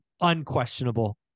unquestionable